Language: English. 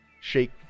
Shake